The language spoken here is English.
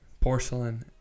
porcelain